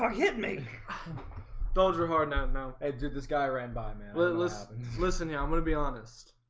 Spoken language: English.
hit me bones room hard no. no i did this guy ran by man but listen listen. yeah, i'm gonna be honest